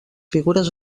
figures